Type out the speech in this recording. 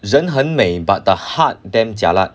人很美 but the heart damn jialat